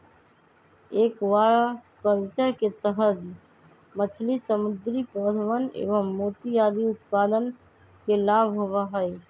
aquaculture के तहद मछली, समुद्री पौधवन एवं मोती आदि उत्पादन के लाभ होबा हई